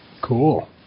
Cool